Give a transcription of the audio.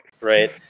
right